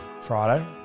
Friday